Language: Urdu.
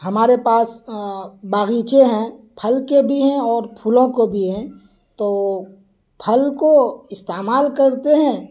ہمارے پاس باغیچے ہیں پھل کے بھی ہیں اور پھولوں کو بھی ہیں تو پھل کو استعمال کرتے ہیں